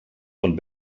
von